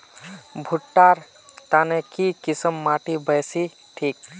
भुट्टा र तने की किसम माटी बासी ठिक?